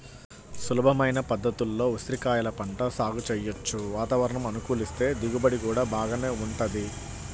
సులభమైన పద్ధతుల్లో ఉసిరికాయల పంట సాగు చెయ్యొచ్చు, వాతావరణం అనుకూలిస్తే దిగుబడి గూడా బాగానే వుంటది